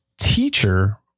teacher